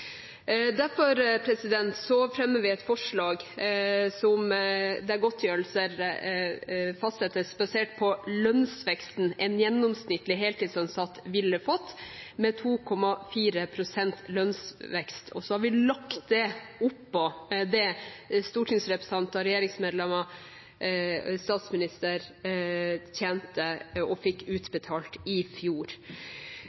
Derfor fremmer vi et forslag der godtgjørelsen fastsettes basert på lønnsveksten en gjennomsnittlig heltidsansatt ville fått med 2,4 pst. lønnsvekst. Og så har vi lagt det oppå det stortingsrepresentanter, regjeringsmedlemmer og statsminister tjente og fikk